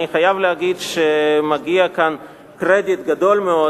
אני חייב להגיד שמגיע כאן קרדיט גדול מאוד,